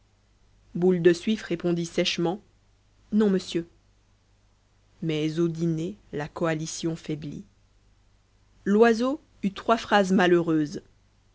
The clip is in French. boule de suif répondit sèchement non monsieur mais au dîner la coalition faiblit loiseau eut trois phrases malheureuses